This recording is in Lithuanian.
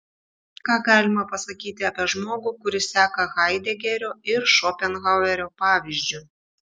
ką galima pasakyti apie žmogų kuris seka haidegerio ir šopenhauerio pavyzdžiu